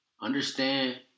understand